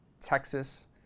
Texas